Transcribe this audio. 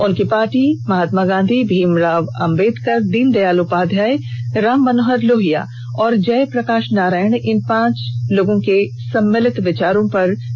उनकी पार्टी महात्मा गांधी भीमराव अंबेडकर दीनदयाल उपाध्याय राम मनोहर लोहिया और जयप्रकाश नारायण इन पांच लोगों के सम्मिलित विचारों पर राजनीति कर रही है